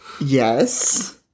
Yes